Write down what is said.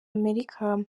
amerika